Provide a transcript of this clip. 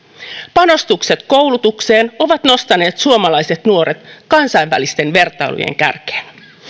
panostukset koulutukseen ovat nostaneet suomalaiset nuoret kansainvälisten vertailujen kärkeen